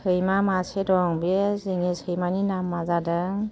सैमा मासे दं बे जोंनि सैमानि नामा जादों